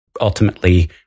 ultimately